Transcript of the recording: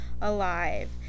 alive